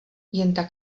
jen